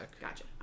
Gotcha